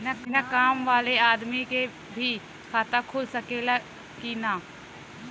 बिना काम वाले आदमी के भी खाता खुल सकेला की ना?